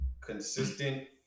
Consistent